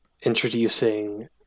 introducing